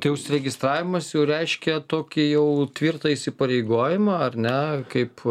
tai užsiregistravimas jau reiškia tokį jau tvirtą įsipareigojimą ar ne kaip